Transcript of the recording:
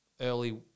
early